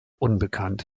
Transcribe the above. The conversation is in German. unbekannt